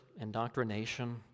indoctrination